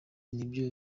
nibyo